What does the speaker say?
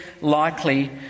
likely